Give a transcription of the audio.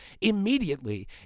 immediately